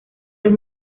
los